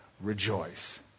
rejoice